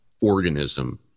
organism